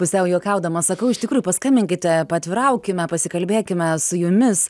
pusiau juokaudama sakau iš tikrųjų paskambinkite paatviraukime pasikalbėkime su jumis